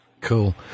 Cool